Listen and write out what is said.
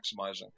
maximizing